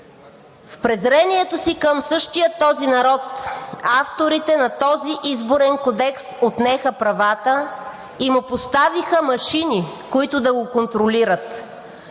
В презрението си към същия този народ авторите на Изборния кодекс отнеха правата и му поставиха машини, които да го контролират.